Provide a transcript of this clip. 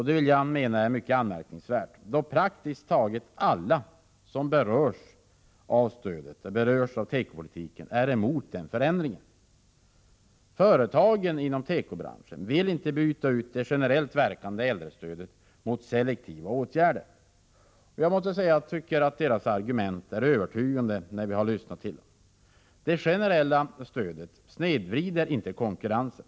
Detta är anmärkningsvärt, då praktiskt taget alla som berörs av tekopolitiken är emot denna förändring. Företagen vill inte byta det generellt verkande äldrestödet mot selektiva åtgärder. Jag måste säga att jag tycker deras argument är övertygande när jag lyssnar till dem. Det generella stödet snedvrider inte konkurrensen.